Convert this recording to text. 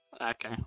Okay